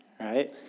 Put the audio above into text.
right